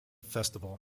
festival